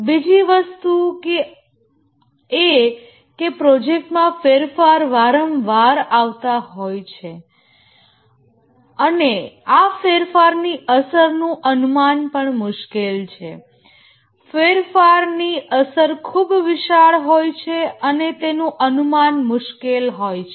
બીજી વસ્તુ કે પ્રોજેક્ટમાં ફેરફાર વારંવાર આવતા હોય છે અને આ ફેરફારની અસરનું અનુમાન પણ મુશ્કેલ છે ફેરફારની અસર ખૂબ વિશાળ હોય છે અને તેનું અનુમાન મુશ્કેલ હોય છે